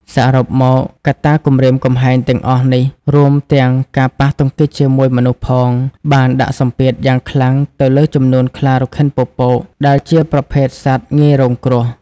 សរុបមក កត្តាគំរាមកំហែងទាំងអស់នេះ រួមទាំងការប៉ះទង្គិចជាមួយមនុស្សផង បានដាក់សម្ពាធយ៉ាងខ្លាំងទៅលើចំនួនខ្លារខិនពពក ដែលជាប្រភេទសត្វ ងាយរងគ្រោះ។